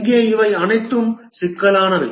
இங்கே இவை அனைத்தும் சிக்கலானவை